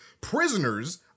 prisoners